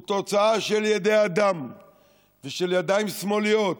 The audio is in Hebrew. הוא תוצאה של ידי אדם ושל ידיים שמאליות.